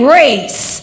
race